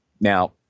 Now